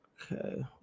Okay